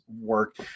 work